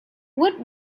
what